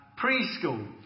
preschool